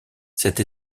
cette